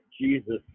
Jesus